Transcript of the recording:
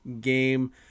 game